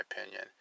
opinion